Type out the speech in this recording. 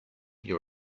your